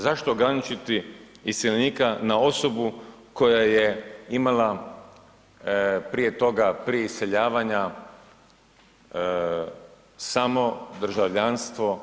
Zašto ograničiti iseljenika na osobu koja je imala prije toga, prije iseljavanja samo državljanstvo